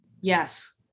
Yes